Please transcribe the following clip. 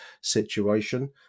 situation